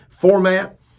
format